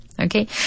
Okay